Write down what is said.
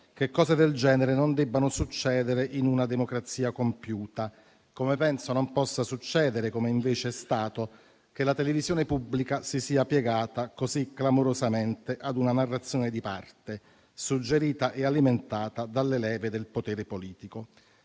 che cose del genere non debbano succedere in una democrazia compiuta. Come penso non possa succedere - come invece è stato - che la televisione pubblica si sia piegata così clamorosamente a una narrazione di parte, suggerita e alimentata dalle leve del potere politico.